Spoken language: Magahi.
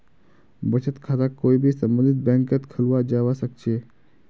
बचत खाताक कोई भी सम्बन्धित बैंकत खुलवाया जवा सक छे